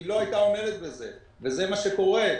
היא לא הייתה עומדת בזה, וזה מה שקורה.